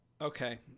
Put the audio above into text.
Okay